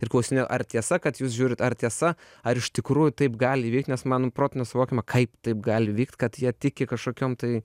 ir klausinėju ar tiesa kad jūs žiūrit ar tiesa ar iš tikrųjų taip gali įvykt nes mano protu nesuvokiama kaip taip gali vykt kad jie tiki kažkokiom tai